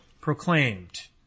proclaimed